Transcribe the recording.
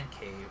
cave